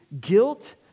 guilt